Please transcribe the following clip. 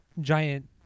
giant